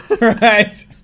Right